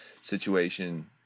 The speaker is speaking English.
situation